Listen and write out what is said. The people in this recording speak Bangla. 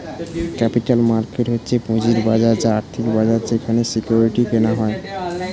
ক্যাপিটাল মার্কেট হচ্ছে পুঁজির বাজার বা আর্থিক বাজার যেখানে সিকিউরিটি কেনা হয়